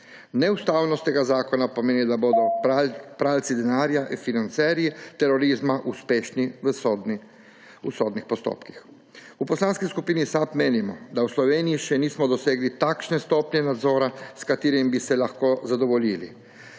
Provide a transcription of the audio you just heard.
Neustavnost tega zakona pomeni, da bodo pralci denarja in financierji terorizma uspešni v sodnih postopkih. V Poslanski skupini SAB menimo, da v Sloveniji še nismo dosegli takšne stopnje nadzora, s katerim bi se lahko zadovoljili.